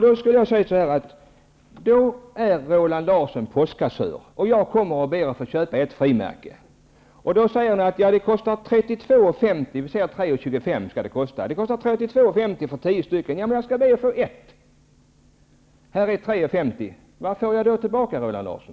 Låt oss säga så här: Roland Larsson är postkassör, och jag kommer och ber att få köpa ett frimärke. Roland Larsson säger att tio frimärken kostar 32,50 kr. Jag ber att få ett och ger 3,50 kr. Vad får jag tillbaka, Roland Larsson?